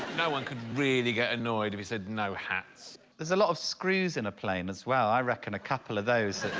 no one could really get annoyed if he said no hats there's a lot of screws in a plane as well i reckon a couple of those